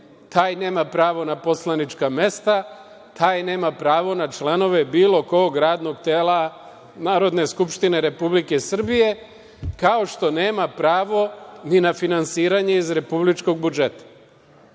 taj nema pravo na poslanička mesta, taj nema pravo na članove bilo kog radnog tela Narodne skupštine Republike Srbije, kao što nema pravo ni na finansiranje iz republičkog budžeta. Od